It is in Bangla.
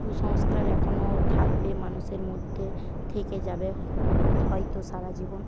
কুসংস্কার এখনও থাকবে মানুষের মধ্যে থেকে যাবে হয় হয়তো সারা জীবন